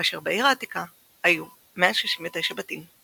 כאשר בעיר העתיקה היו 169 בתים,